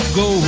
go